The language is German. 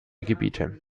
gebiete